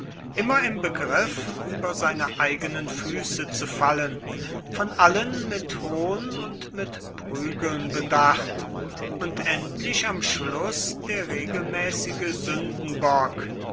immer im begriff über seine eigenen füße zu fallen von allen mit hohn und mit prügeln bedacht und endlich am schluß der regelmäßige sündenbock